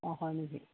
অঁ হয় নেকি